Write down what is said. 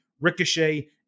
Ricochet